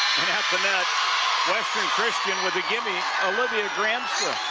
at the net western christian with a gimme, olivia granstra.